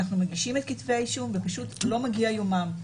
אנחנו מגישים את כתבי האישום ופשוט לא מגיע יומם.